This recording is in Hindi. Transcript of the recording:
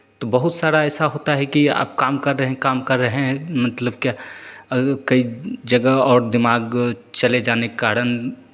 तो बहुत सारा ऐसा होता है कि आप काम कर रहे हैं काम कर रहें हैं मतलब क्या कि जगह और दिमाग चले जाने के कारण